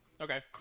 Okay